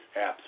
apps